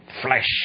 flesh